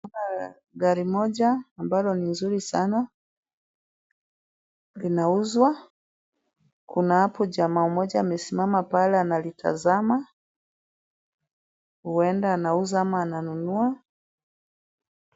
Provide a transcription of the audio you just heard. Gari moja, ambalo ni nzuri sana, linauzwa. Kuna hapo jamaa mmoja amesimama pale analitazama, huenda anauza ama ananunua.